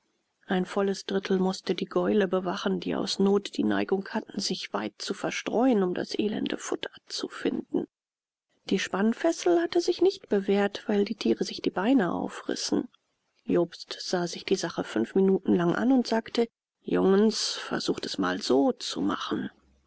ein volles drittel mußte die gäule bewachen die aus not die neigung hatten sich weit zu verstreuen um das elende futter zu finden die spannfessel hatte sich nicht bewährt weil die tiere sich die beine aufrissen jobst sah sich die sache fünf minuten lang an und sagte jungens versucht es mal so zu machen